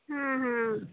ಹಾಂ ಹಾಂ